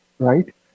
right